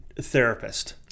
therapist